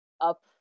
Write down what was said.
up